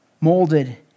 molded